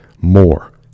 more